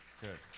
Good